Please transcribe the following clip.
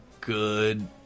good